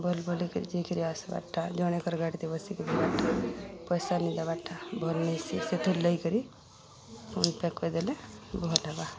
ଭଲ ଭୁଲିକରି ଯେଇକରି ଆସବାରଟା ଜଣେଙ୍କର ଗାଡ଼ିକ ବସିକି ଯିବାରଟା ପଇସା ନି ଦବାରଟା ଭଲ୍ ନେଇସି ସେଥିର୍ ଲାଗିକରି ଫୋନ୍ ପାକ୍ କରିଦେଲେ ଭଲ୍ ହେବା